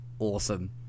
awesome